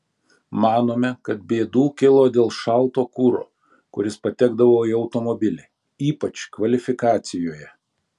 manome kad bėdų kilo dėl šalto kuro kuris patekdavo į automobilį ypač kvalifikacijoje